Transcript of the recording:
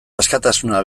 askatasuna